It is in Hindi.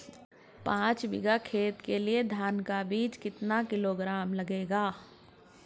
पाँच बीघा खेत के लिये धान का बीज कितना किलोग्राम लगेगा?